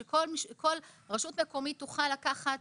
שכל רשות מקומית תוכל לקחת,